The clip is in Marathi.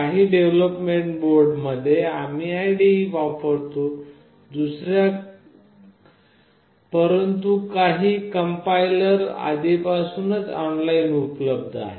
काही डेव्हलोपमेंट बोर्ड मध्ये आम्ही IDE वापरतो परंतु काही कंपायलर आधीपासूनच ऑनलाइन उपलब्ध आहेत